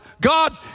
God